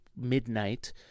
midnight